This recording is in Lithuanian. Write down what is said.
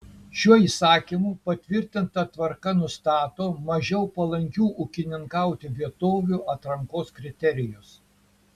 šiuo įsakymu patvirtinta tvarka nustato mažiau palankių ūkininkauti vietovių atrankos kriterijus